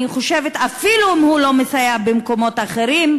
אפילו אם הוא לא מסייע במקומות אחרים,